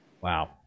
wow